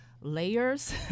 layers